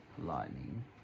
lightning